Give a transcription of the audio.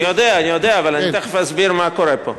ודאי שהיא עניינית.